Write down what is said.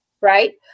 right